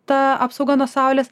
ta apsauga nuo saulės